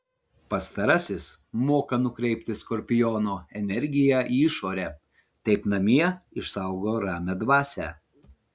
pastarasis moka nukreipti skorpiono energiją į išorę taip namie išsaugo ramią dvasią